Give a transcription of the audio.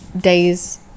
days